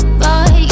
boy